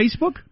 Facebook